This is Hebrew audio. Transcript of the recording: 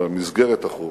אלא מסגרת החוק.